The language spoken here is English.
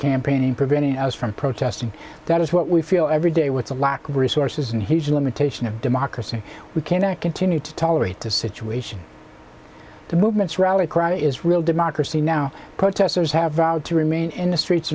campaigning preventing us from protesting that is what we feel every day what's a lack of resources and huge limitation of democracy we cannot continue to tolerate the situation the movement's rally cry is real democracy now protesters have vowed to remain in the streets